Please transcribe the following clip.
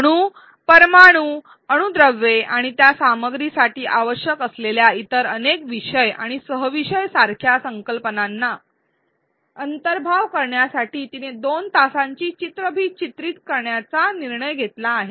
अणू परमाणू अणू द्रव्ये आणि त्या सामग्रीसाठी आवश्यक असलेल्या इतर अनेक विषय आणि सह विषय सारख्या संकल्पनांचा अंतर्भाव करण्यासाठी तिने दोन तासांची चित्रफित चित्रित करण्याचा निर्णय घेतला आहे